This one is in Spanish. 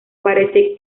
aparece